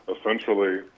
essentially